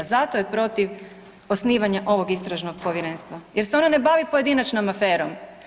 Zato je protiv osnivanja ovog istražnog povjerenstva jer se ono ne bavi pojedinačnom aferom.